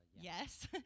Yes